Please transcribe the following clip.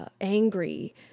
angry